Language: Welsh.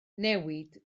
newid